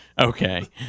Okay